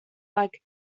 like